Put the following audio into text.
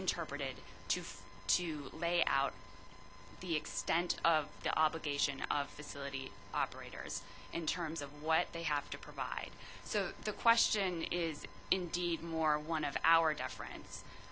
interpreted to to lay out the extent of the obligation of facility operators in terms of what they have to provide so the question is indeed more one of our